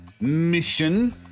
mission